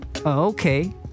Okay